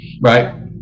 right